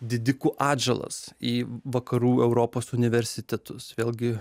didikų atžalas į vakarų europos universitetus vėlgi